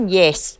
yes